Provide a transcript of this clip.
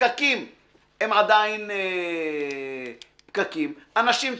פקקים הם עדיין פקקים, אנשים צפופים,